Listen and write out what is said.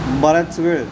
बराच वेळ